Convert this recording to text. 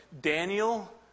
Daniel